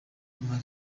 nka